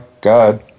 God